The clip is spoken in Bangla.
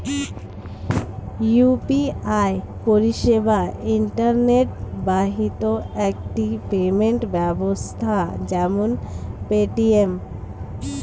ইউ.পি.আই পরিষেবা ইন্টারনেট বাহিত একটি পেমেন্ট ব্যবস্থা যেমন পেটিএম